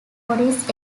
morris